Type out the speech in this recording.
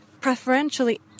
preferentially